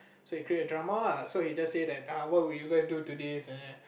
so he create a drama lah so he just said that what would you guys do to this and then